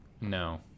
No